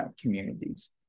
communities